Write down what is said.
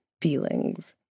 feelings